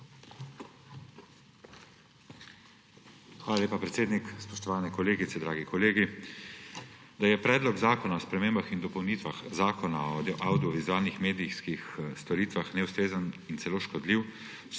Hvala lepa, predsednik. Spoštovane kolegice, dragi kolegi! Da je Zakon o spremembah in dopolnitvah Zakona o avdiovizualnih medijskih storitvah neustrezen in celo škodljiv,